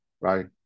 right